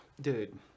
Dude